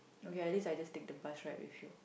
okay at least I just take the bus ride with you